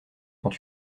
quand